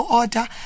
order